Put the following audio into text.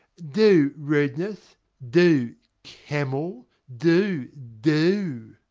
do, rudeness do, camel do, do.